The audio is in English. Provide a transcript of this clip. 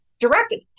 Directed